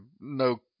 no